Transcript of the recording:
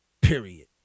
period